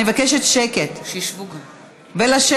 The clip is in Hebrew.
אני מבקשת שקט, ולשבת.